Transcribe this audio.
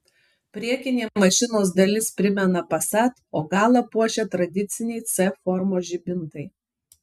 priekinė mašinos dalis primena passat o galą puošia tradiciniai c formos žibintai